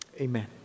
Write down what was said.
Amen